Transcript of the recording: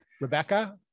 Rebecca